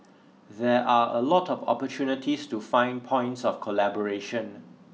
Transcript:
there are a lot of opportunities to find points of collaboration